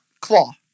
Claw